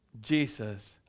Jesus